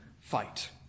fight